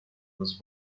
was